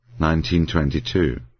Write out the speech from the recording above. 1922